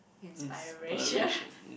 inspiration